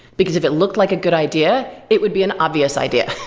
because if it looked like a good idea, it would be an obvious idea,